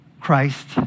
Christ